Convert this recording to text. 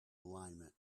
alignment